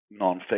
nonfiction